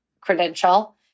credential